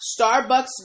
Starbucks